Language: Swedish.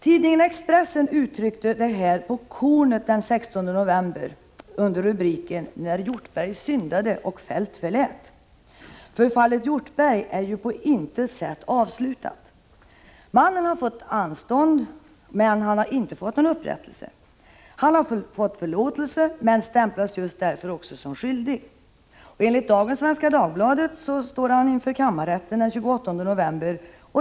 Tidningen Expressen uttryckte det här på kornet den 16 november under rubriken När Hjortberg syndade och Feldt förlät. Fallet Hjortberg är på intet sätt avslutat. Mannen har fått en tids anstånd men inte någon upprättelse. Han har fått förlåtelse men stämplas just därför också som skyldig. Enligt dagens Svenska Dagbladet skall han stå inför kammarrätten den 28 november.